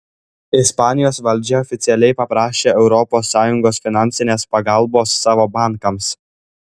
ispanijos valdžia oficialiai paprašė europos sąjungos finansinės pagalbos savo bankams